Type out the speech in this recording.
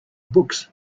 books